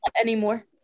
anymore